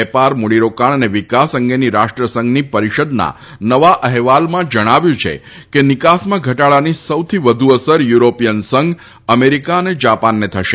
વેપાર મૂડીરોકાણ અને વિકાસ અંગેની રાષ્ટ્ર સંઘની પરિષદના નવા અહેવાલમાં જણાવ્યું છે કે નિકાસમાં ઘટાડાની સૌથી વધુ અસર યુરોપીયન સંઘ અમેરિકા અને જાપાનને થશે